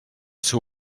seu